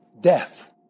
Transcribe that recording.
Death